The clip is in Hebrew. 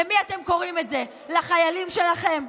למי אתם קוראים כך, לחיילים שלכם?